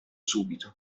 subito